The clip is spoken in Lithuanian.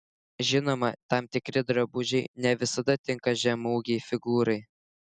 žinoma tam tikri drabužiai ne visada tinka žemaūgei figūrai